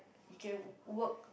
you can work